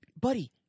buddy